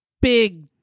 big